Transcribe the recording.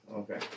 Okay